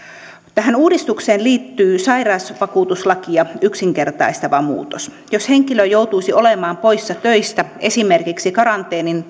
tähän uudistukseen liittyy sairausvakuutuslakia yksinkertaistava muutos jos henkilö joutuisi olemaan poissa töistä esimerkiksi karanteenin